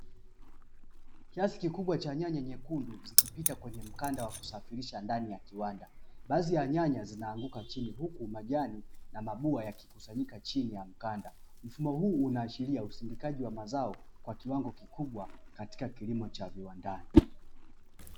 Kiasi kikubwa cha nyanya nyekundu zikipita kwenye mkanda wa kusafirisha ndani ya kiwanda. Baadhi ya nyanya zinaanguka chini huku majani ya mabua yakikusanyika chini ya mkanda, mfumo huu unaashiria usindikaji wa mazao kwa kiwango kikubwa katika kilimo cha viwandani.